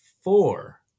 four